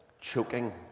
choking